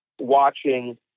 watching